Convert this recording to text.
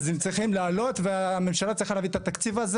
ואפילו המייל היחיד שהיה כשאני שלחתי ונתנו לי את התשובה הגנרית